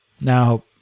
Now